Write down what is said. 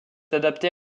adaptée